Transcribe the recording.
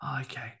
okay